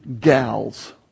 gals